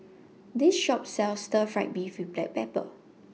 This Shop sells Stir Fried Beef with Black Pepper